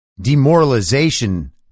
demoralization